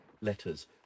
letters